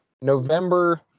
November